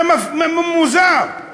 זה מוזר,